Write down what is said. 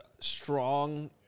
Strong